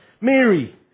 Mary